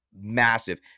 massive